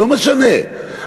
לא משנה,